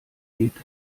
geht